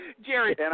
Jerry